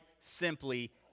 simply